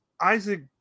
Isaac